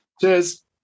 Cheers